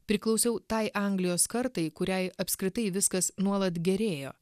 priklausiau tai anglijos kartai kuriai apskritai viskas nuolat gerėjo